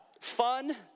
Fun